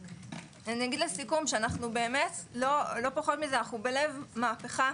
לסיכום, אנחנו בלב מהפכה.